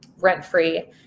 rent-free